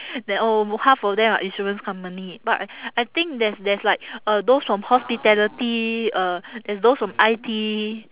that oh half of them are insurance company but I think there's there's like those from hospitality uh there's those from I_T